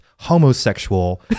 Homosexual